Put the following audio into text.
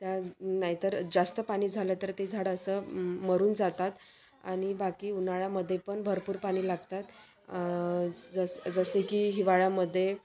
त्या नाहीतर जास्त पाणी झालं तर ते झाडं असं मरून जातात आणि बाकी उन्हाळ्यामध्ये पण भरपूर पाणी लागतात जस जसे की हिवाळ्यामध्ये